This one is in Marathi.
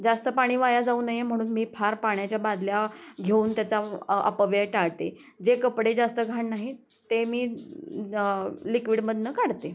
जास्त पाणी वाया जाऊ नये म्हणून मी फार पाण्याच्या बादल्या घेऊन त्याचा व् अपव्यय टाळते आहे जे कपडे जास्त घाण नाहीत ते मी ल् लिक्विडमधून काढते